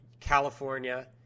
California